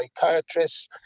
psychiatrists